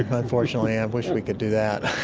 unfortunately. i wish we could do that.